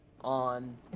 On